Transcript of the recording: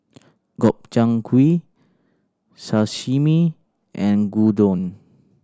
Gobchang Gui Sashimi and Gyudon